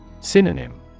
Synonym